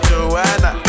Joanna